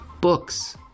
books